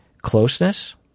closeness